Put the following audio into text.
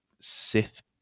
Sith